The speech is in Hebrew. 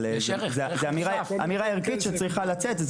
אבל זו אמירה ערכית שצריכה לצאת.